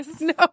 No